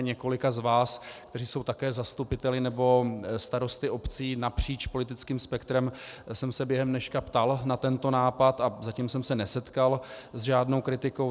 Několika z vás, kteří jsou také zastupiteli nebo starosty obcí napříč politickým spektrem, jsem se během dneška ptal na tento nápad a zatím jsem se nesetkal s žádnou kritikou.